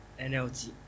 NLT